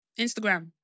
Instagram